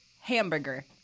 hamburger